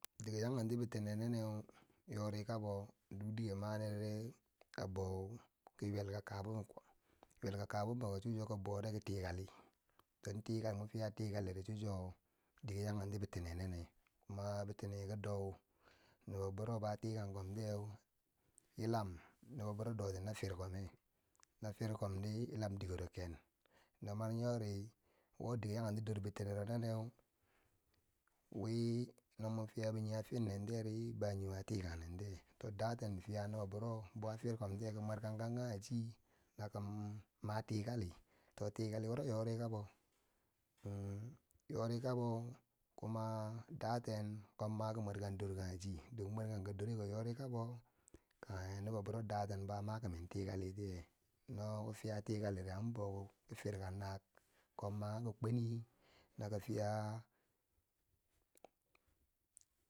Dike yonkenti bitine nenneu yori kabo, duk dike maneri abou ki yelka kabon, yelka kaboneko, ki bou ki tikali, don tikan fiya tikali di cho chuwo tikan ti bitine nenne, kuma bitine ki dou nobbobero bo a tikan kontiyeu, yilam nobbobiro doti na fir kemeu, na firkadi yilan dike ro ken, no mani nyori, wo dike ya kenti dor bitinere nenneu wi, no mwo fiya bo nye a firnen tiyeri ba nye wo a tikan nentiye, to daten fiya nobbebiro bo a firkontiye ki mwerkan kong kange chi, na ki ma tikali, to tikali wuro nyoti kabo nyori kabo, kuma daten komma ki mwer kam kang kange chi, dan mwerkan ka doreko nyori kabo kange nobbero da ten bo a ma kimen tikalitiye no ki fiya tikaliri an bou ki firka na, komma ki kweni na ki fiya.